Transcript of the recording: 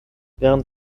während